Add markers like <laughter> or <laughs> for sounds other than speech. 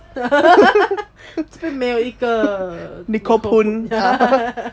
<laughs> 这边没有一个 nicole poon